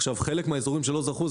חלק מהאזורים שלא זכו,